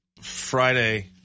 Friday